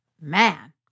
Man